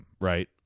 right